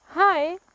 Hi